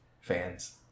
fans